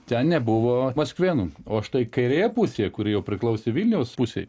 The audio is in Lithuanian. ten nebuvo maskvėnų o štai kairėje pusėje kuri jau priklausė vilniaus pusei